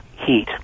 heat